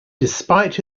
despite